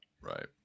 Right